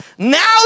Now